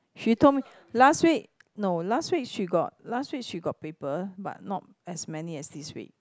she told me last week no last week she got last week she got paper but not as many as this week